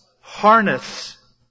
harness